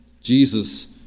Jesus